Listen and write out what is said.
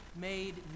made